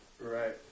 Right